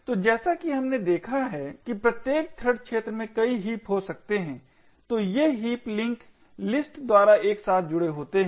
तो जैसा कि हमने देखा है कि प्रत्येक थ्रेड क्षेत्र में कई हीप हो सकते हैं तोये हीप लिंक लिस्ट द्वारा एक साथ जुड़े होते हैं